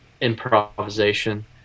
improvisation